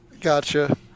Gotcha